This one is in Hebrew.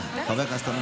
חבריי חברי הכנסת,